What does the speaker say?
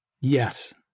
Yes